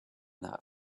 that